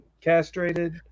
castrated